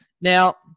Now